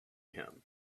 him